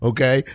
Okay